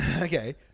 Okay